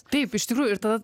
taip iš tikrųjų ir tada